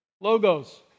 Logos